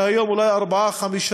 היום אולי 4 5,